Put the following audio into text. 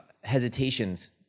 hesitations